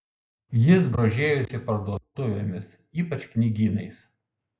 jis grožėjosi parduotuvėmis ypač knygynais